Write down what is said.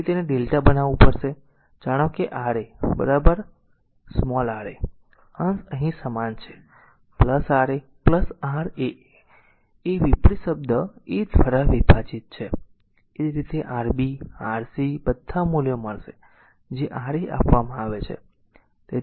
તેથી તેને Δ બનાવવું પડશે તેથી જાણો Ra r a અંશ અહીં સમાન છે R a R a a એ વિપરીત શબ્દ a દ્વારા વિભાજીત છે એ જ રીતે Rb Rc બધા મૂલ્યો મળશે જે R a આપવામાં આવે છે